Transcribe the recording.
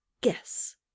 Guess